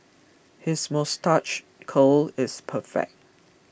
his moustache curl is perfect